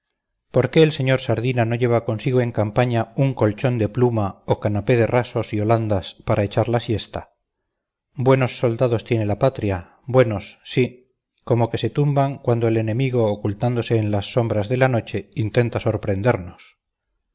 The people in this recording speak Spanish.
por qué el sr sardina no lleva consigo en campaña un colchón de pluma o canapé de rasos y holandas para echar la siesta buenos soldados tiene la patria buenos sí como que se tumban cuando el enemigo ocultándose en las sombras de la noche intenta sorprendernos